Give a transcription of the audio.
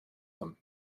them